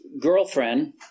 girlfriend